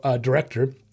director